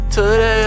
Today